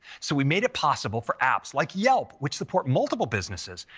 so we made it possible for apps like yelp, which support multiple businesses,